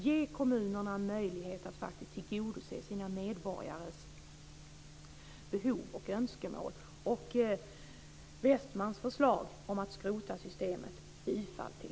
Ge kommunerna möjlighet att faktiskt tillgodose sina medborgares behov och önskemål. Bifall till